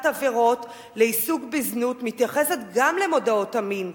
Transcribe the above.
עבירות של עיסוק בזנות מתייחסת גם למודעות המין.